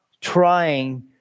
trying